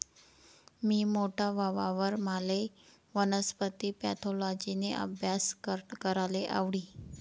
मी मोठा व्हवावर माले वनस्पती पॅथॉलॉजिना आभ्यास कराले आवडी